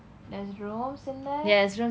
there's rooms in there